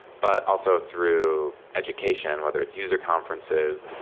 but also through education, whether it's user conferences,